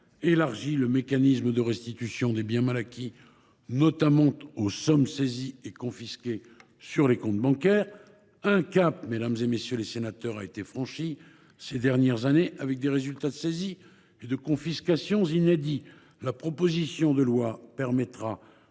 d’élargir le mécanisme de restitution des biens mal acquis, notamment aux sommes saisies et confisquées sur les comptes bancaires. Un cap a été franchi ces dernières années, les résultats des saisies et des confiscations sont inédits. La proposition de loi permettra